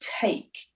take